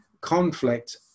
conflict